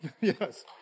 yes